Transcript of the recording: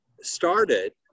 started